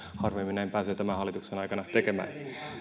harvemmin näin pääsee tämän hallituksen aikana tekemään no